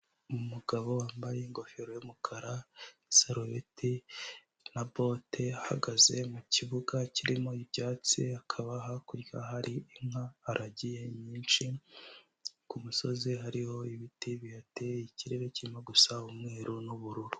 Umugabo wambaye ingofero y'umukara, isarubeti na bote, ahagaze mu kibuga kirimo ibyatsi, hakaba hakurya hari inka aragiye nyinshi, ku musozi hariho ibiti bihateye, ikirere kirimo gusa umweru n'ubururu.